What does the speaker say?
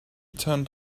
turned